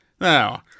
no